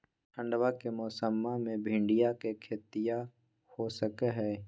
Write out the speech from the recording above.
ठंडबा के मौसमा मे भिंडया के खेतीया हो सकये है?